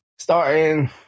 Starting